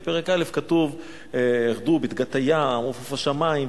בפרק א' כתוב "ורדו בדגת הים ובעוף השמים",